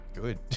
Good